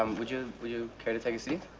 um would you would you care to take a seat?